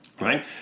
Right